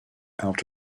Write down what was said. out